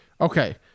Okay